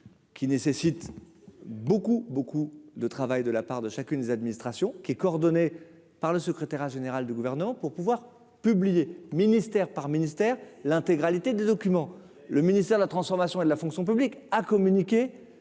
qui nécessite beaucoup beaucoup de travail, de la part de chacune des administrations qui est coordonné par le secrétaire un général du gouvernement pour pouvoir publier, ministère par ministère, l'intégralité des documents, le ministère de la transformation et de la fonction publique à communiquer